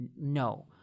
No